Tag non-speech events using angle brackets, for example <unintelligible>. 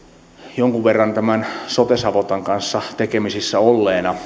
jonkun verran tämän sote savotan kanssa tekemisissä olleena <unintelligible>